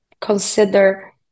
consider